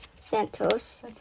Santos